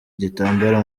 igitambaro